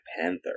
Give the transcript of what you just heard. Panther